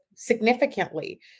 significantly